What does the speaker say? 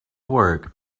work